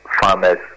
farmers